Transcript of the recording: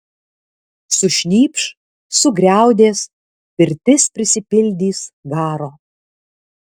sušnypš sugriaudės pirtis prisipildys garo